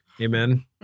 Amen